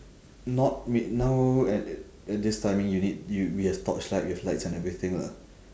not me~ now at at this timing you need you we have torchlight we have lights and everything lah